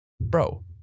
bro